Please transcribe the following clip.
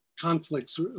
conflicts